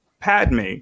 Padme